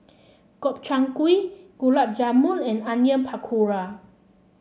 Gobchang Gulab Jamun and Onion Pakora